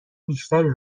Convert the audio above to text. بیشتری